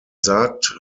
sagt